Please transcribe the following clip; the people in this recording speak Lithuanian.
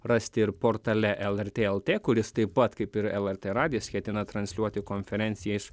rasti ir portale lrt lt kuris taip pat kaip ir lrt radijas ketina transliuoti konferencijas